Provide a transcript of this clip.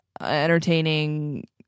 entertaining